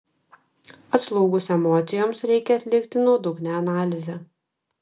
atslūgus emocijoms reikia atlikti nuodugnią analizę